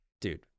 dude